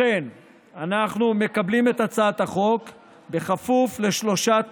לכן אנחנו מקבלים את הצעת החוק בכפוף לשלושה תנאים,